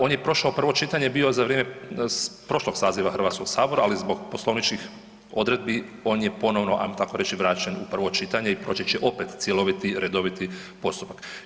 On je prošao prvo čitanje bio za vrijeme prošlog saziva HS, ali zbog poslovničkih odredbi on je ponovno, ajmo tako reći, vraćen u prvo čitanje i počet će opet cjeloviti, redoviti postupak.